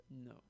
No